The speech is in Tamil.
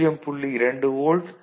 2 வோல்ட் 0